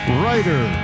writer